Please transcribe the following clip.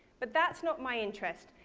but that's not my interest,